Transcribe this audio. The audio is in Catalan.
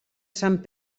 sant